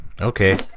Okay